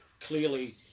clearly